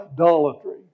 idolatry